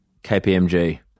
KPMG